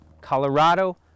Colorado